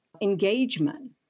engagement